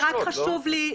רק חשוב לי,